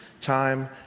time